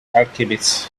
alchemist